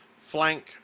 Flank